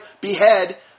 behead